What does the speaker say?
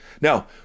Now